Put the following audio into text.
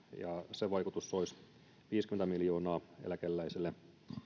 sen vaikutus olisi viisikymmentä miljoonaa eläkeläisille